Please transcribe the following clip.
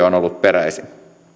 on ollut peräisin